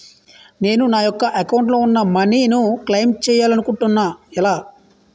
నేను నా యెక్క అకౌంట్ లో ఉన్న మనీ ను క్లైమ్ చేయాలనుకుంటున్నా ఎలా?